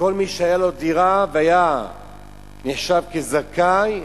שכל מי שהיתה לו דירה והיה נחשב כזכאי,